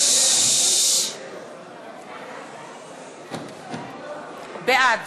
בעד